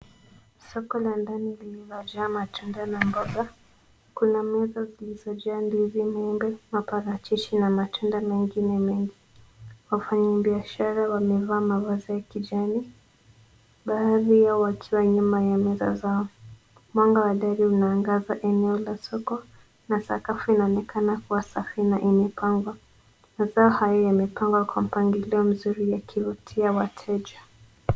Soko la ndani lililo jaa matunda na mboga. Kuna meza zilizojaa ndizi, maembe, maparachichi na matunda mengine mengi. Wafanyibiashara wamevaa mavazi ya kijani, baadhi yao wakiwa nyuma ya meza zao. Mwanga wa dari unaangaza eneo la soko, na sakafu inaonekana kuwa safi na imepangwa. Mazao haya yamepangwa kwa mpangilio mzuri yakivutia wateja.